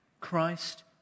Christ